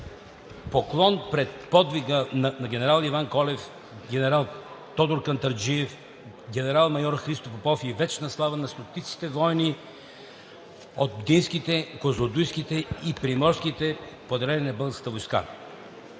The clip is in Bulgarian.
Поклон пред подвига на генерал Иван Колев, генерал Тодор Кантарджиев, генерал-майор Христо Попов и вечна слава на стотиците воѝни от Бдинските, Козлодуйските и Приморските поделения на българската войска.